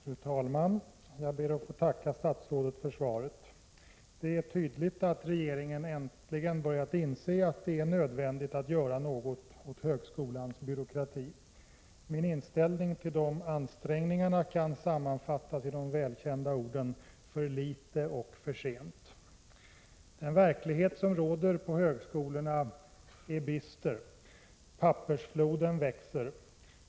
Fru talman! Jag ber att få tacka statsrådet för svaret. Det är tydligt att regeringen äntligen börjat inse att det är nödvändigt att göra något åt byråkratin inom högskolan. Min inställning till de ansträngningarna kan sammanfattas med de välkända orden för litet och för sent. Den verklighet som råder på högskolorna är bister. Pappersfloden växer.